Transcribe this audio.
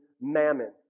mammon